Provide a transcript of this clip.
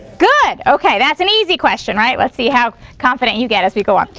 good, okay, that's an easy question, right? let's see how confident you get as we go on,